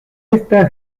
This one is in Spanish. esta